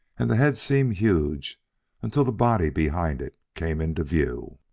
and the head seemed huge until the body behind it came into view.